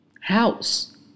house